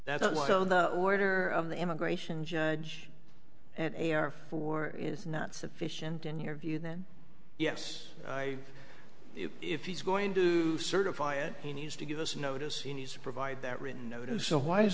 on the order of the immigration judge and a r four is not sufficient in your view then yes i if he's going to certify it he needs to give us notice he needs to provide that written notice so why is